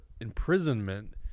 imprisonment